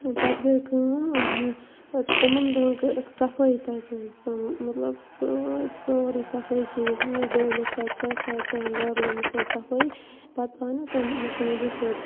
پَتہٕ گٔے کٲم تِمَن دۄہَن کٔرٕکھ صفٲیی تَتہِ حظ تِم مطلب سٲرۍ سٲرٕے صفٲیی چیٖز ویٖز ڈٲلِکھ تَتہِ کٔرٕکھ تَتہِ دارالعلومس حظ صفٲیی پَتہٕ آے نہٕ حظ تِم مُفتی نذیٖر صٲب